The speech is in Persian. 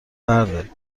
برداریم